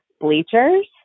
bleachers